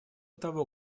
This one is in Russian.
того